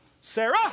Sarah